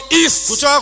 east